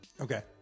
Okay